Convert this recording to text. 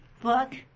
book